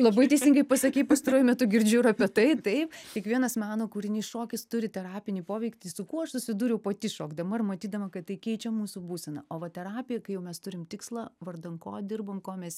labai teisingai pasakei pastaruoju metu girdžiu ir apie tai taip kiekvienas meno kūrinys šokis turi terapinį poveikį tai su kuo aš susidūriau pati šokdama ir matydama kad tai keičia mūsų būsena o va terapija kai mes turim tikslą vardan ko dirbam ko mes